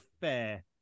fair